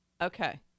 Okay